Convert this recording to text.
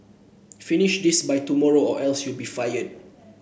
finish this by tomorrow or else you'll be fired